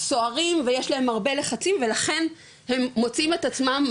הסוהרים ויש להם הרבה לחצים ולכן הם מוצאים את עצמם,